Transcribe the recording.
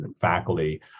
faculty